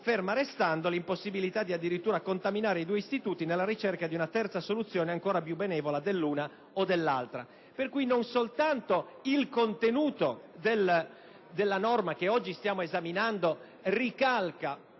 ferma restando l'impossibilità di addirittura contaminare i due istituti nella ricerca di una terza soluzione ancora più benevola dell'una o dell'altra. Per cui non soltanto il contenuto della norma che oggi stiamo esaminando ricalca